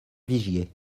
vigier